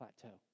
plateau